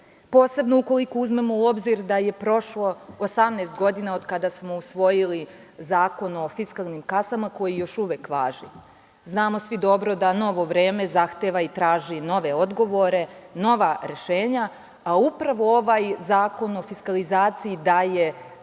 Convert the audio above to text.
posebno ukoliko uzmemo u obzir da je prošlo 18 godina od kada smo usvojili Zakon o fiskalnim kasama koji još uvek važi. Znamo svi dobro da novo vreme zahteva i traži nove odgovore, nova rešenja, a upravo ovaj Zakon o fiskalizaciji daje dobar